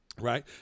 right